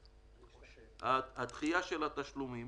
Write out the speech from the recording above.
הדחייה של התשלומים